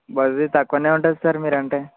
bus తక్కువనే ఉంటుంది మీరంటే